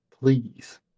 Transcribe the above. please